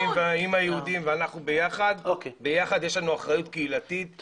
ביחד יש לנו אחריות קהילתית,